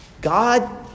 God